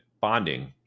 bonding